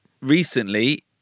recently